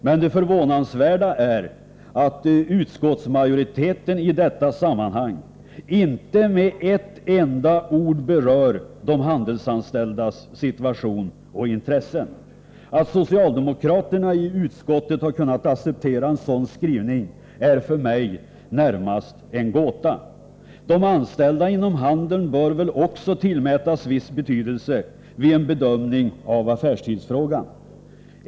Men det förvånansvärda är att utskottsmajoriteten i detta sammanhang inte med ett enda ord berör de handelsanställdas situation och intressen. Att socialdemokraterna i utskottet har kunnat acceptera en sådan skrivning är för mig närmast en gåta. De anställda inom handeln bör väl också tillmätas viss betydelse vid en bedömning av affärstidsfrågan.